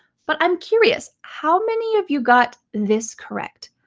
but i'm curious. how many of you got this correct?